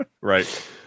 Right